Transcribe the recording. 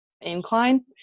incline